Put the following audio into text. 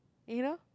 you know